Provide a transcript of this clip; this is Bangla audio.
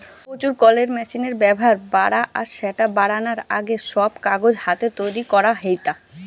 প্রচুর কলের মেশিনের ব্যাভার বাড়া আর স্যাটা বারানার আগে, সব কাগজ হাতে তৈরি করা হেইতা